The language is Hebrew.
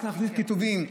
רק להכניס קיטובים.